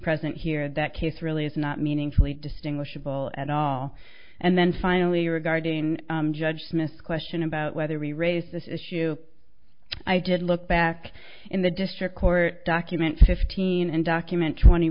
present here that case really is not meaningfully distinguishable at all and then finally regarding judge smith's question about whether we raised this issue i did look back in the district court document fifteen and document twenty